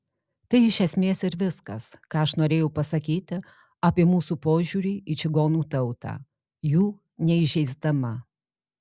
tai iš esmės ir viskas ką aš norėjau pasakyti apie mūsų požiūrį į čigonų tautą jų neįžeisdama